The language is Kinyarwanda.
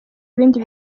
ibindi